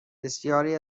بسیاری